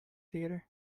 theater